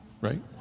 right